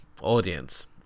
audience